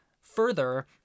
Further